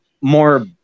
more